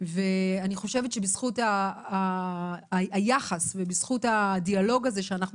ואני חושבת שבזכות היחס ובזכות הדיאלוג הזה שאנחנו